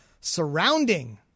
surrounding